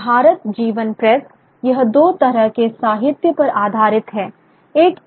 और भारत जीवन प्रेस यह दो तरह के साहित्य पर आधारित है